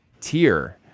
tier